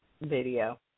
video